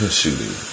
shooting